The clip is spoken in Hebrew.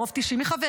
ברוב 90 מחבריה,